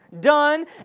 done